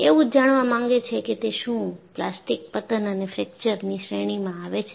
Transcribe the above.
એવું જ જાણવા માંગે છે કે તે શું પ્લાસ્ટિક પતન અને ફ્રેકચર ની શ્રેણીમાં આવે છે